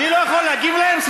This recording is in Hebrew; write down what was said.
אני לא יכול להגיב להם?